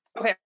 Okay